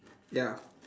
ya